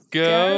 go